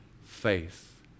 faith